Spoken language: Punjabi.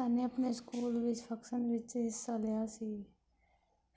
ਮੇਨੇ ਆਪਣੇ ਸਕੂਲ ਵਿੱਚ ਫੰਕਸਨ ਵਿੱਚ ਹਿੱਸਾ ਲਿਆ ਸੀ